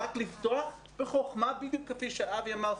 רק לפתוח בחוכמה בדיוק כפי שאבי אמר,